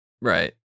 right